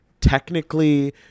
technically